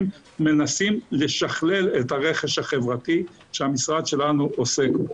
מנסים לשכלל את הרכש החברתי שהמשרד שלנו עוסק בו.